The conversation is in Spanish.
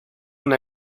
una